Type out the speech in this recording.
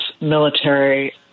military